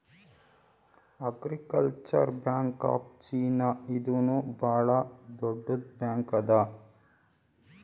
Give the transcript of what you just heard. agricultural bank of China ಇದೂನು ಭಾಳ್ ದೊಡ್ಡುದ್ ಬ್ಯಾಂಕ್ ಅದಾ